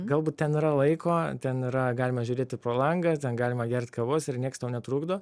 galbūt ten yra laiko ten yra galima žiūrėti pro langą ten galima gert kavos ir nieks tau netrukdo